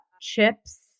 Chips